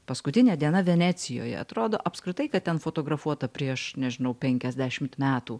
paskutinė diena venecijoje atrodo apskritai kad ten fotografuota prieš nežinau penkiasdešimt metų